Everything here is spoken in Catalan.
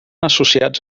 associats